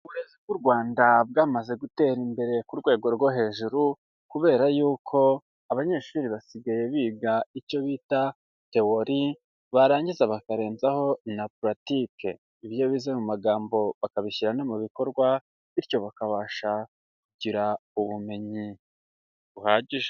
Uburezi bw'u Rwanda bwamaze gutera imbere ku rwego rwo hejuru, kubera yuko abanyeshuri basigaye biga icyo bita Theory, barangiza bakarenzaho na Pratique, ibyo bize mu magambo bakabishyira no mu bikorwa, bityo bakabasha kugira ubumenyi buhagije.